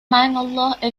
މާތްﷲ